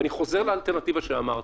ואני חוזר לאלטרנטיבה שאמרתי.